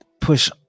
push